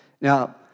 Now